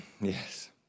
Yes